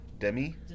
Demi